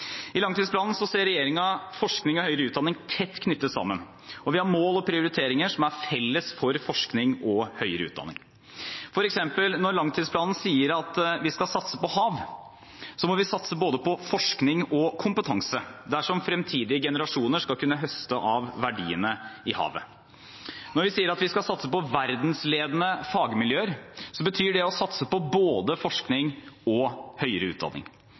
I langtidsplanen ser regjeringen forskning og høyere utdanning tett knyttet sammen, og vi har mål og prioriteringer som er felles for forskning og høyere utdanning. For eksempel: Når langtidsplanen sier at vi skal satse på hav, må vi satse på både forskning og kompetanse dersom fremtidige generasjoner skal kunne høste av verdiene i havet. Når vi sier at vi skal satse på verdensledende fagmiljøer, betyr det å satse på både forskning og høyere utdanning.